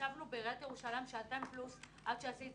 ישבנו בעיריית ירושלים שעתיים פלוס ועשיתי